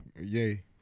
Yay